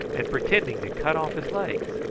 and pretending to cut off his legs.